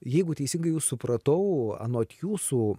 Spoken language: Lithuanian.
jeigu teisingai jus supratau anot jūsų